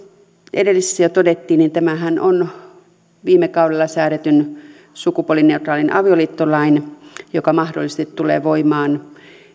edellisessä jo todettiin niin tämähän on viime kaudella säädetyn sukupuolineutraalin avioliittolain seurausta joka mahdollisesti tulee voimaan